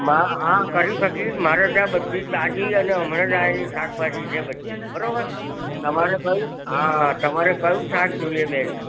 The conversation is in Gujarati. હા મા કરી શકીશ મારે ત્યાં બધી જ તાજી અને હમણાં જ આયેલી શાકભાજી છે બધી બરોબર તમારે કઈ હા તમારે કયું શાક જોઈએ બેન